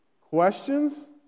questions